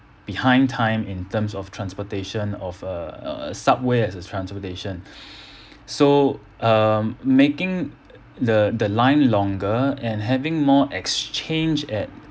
behind time in terms of transportation of err subway as a transportation so um making the the line longer and having more exchange at